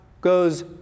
goes